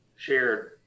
shared